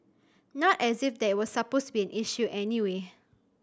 not as if that was supposed be an issue anyway